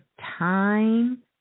time